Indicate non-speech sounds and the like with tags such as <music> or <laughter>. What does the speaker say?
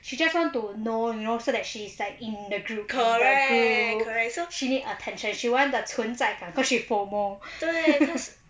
she just want to know you know so that she's in the group she need attention she want the 存在感 cause she FOMO <laughs>